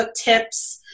tips